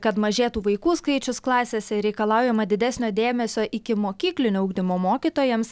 kad mažėtų vaikų skaičius klasėse reikalaujama didesnio dėmesio ikimokyklinio ugdymo mokytojams